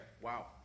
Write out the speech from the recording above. Wow